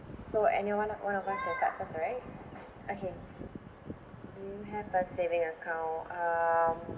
so anyone one of us can start first right okay do you have a saving account um